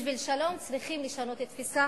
בשביל שלום צריכים לשנות תפיסה